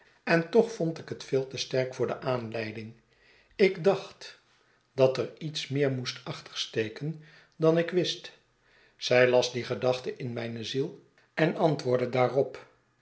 en toch vond ik het veel te sterk voor de aanleiding ik dacht dat er iets meer moest achter steken dan ik wist zij las die gedachte in mijne ziel en antwoordde daarop